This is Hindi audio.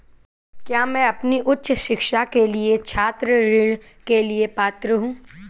क्या मैं अपनी उच्च शिक्षा के लिए छात्र ऋण के लिए पात्र हूँ?